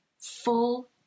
full